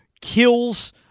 kills